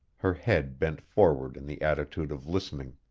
her head bent forward in the attitude of listening.